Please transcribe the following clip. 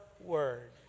word